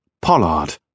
Pollard